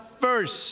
first